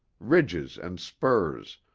ridges and spurs,